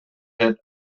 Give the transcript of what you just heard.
pit